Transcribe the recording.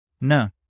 No